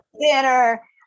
dinner